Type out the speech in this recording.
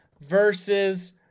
versus